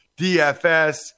DFS